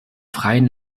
freien